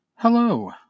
Hello